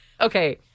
Okay